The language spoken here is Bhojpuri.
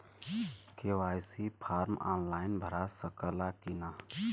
के.वाइ.सी फार्म आन लाइन भरा सकला की ना?